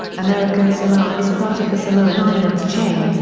american samoa is part of the samoan islands chain,